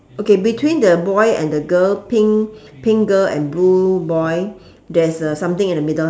okay between the boy and the girl pink pink girl and blue boy there's uh something in the middle